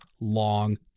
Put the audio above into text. long